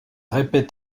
répètent